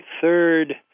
third